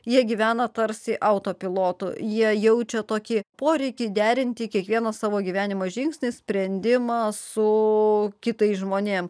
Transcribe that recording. jie gyvena tarsi autopilotu jie jaučia tokį poreikį derinti kiekvieną savo gyvenimo žingsnį sprendimą su kitais žmonėms